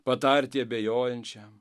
patarti abejojančiam